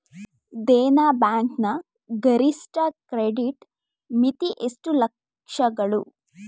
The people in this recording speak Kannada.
ದೇನಾ ಬ್ಯಾಂಕ್ ನ ಗರಿಷ್ಠ ಕ್ರೆಡಿಟ್ ಮಿತಿ ಎಷ್ಟು ಲಕ್ಷಗಳು?